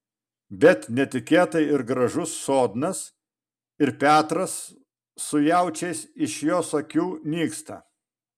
bet netikėtai ir gražus sodnas ir petras su jaučiais iš jos akių nyksta